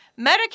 Medicare